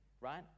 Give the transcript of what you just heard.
right